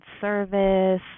service